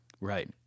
Right